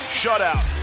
shutout